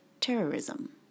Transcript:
terrorism